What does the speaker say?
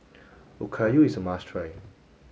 Okayu is a must try